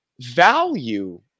value –